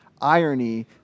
irony